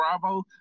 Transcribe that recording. Bravo